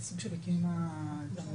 וזו אמירה שאני חושב שכוועדה אנחנו